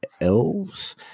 Elves